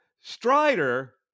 Strider